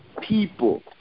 people